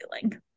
feeling